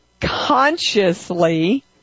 consciously